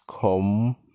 come